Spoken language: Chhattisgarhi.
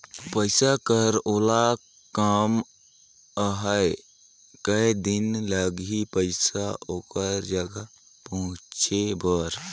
पइसा कर ओला काम आहे कये दिन लगही पइसा ओकर जग पहुंचे बर?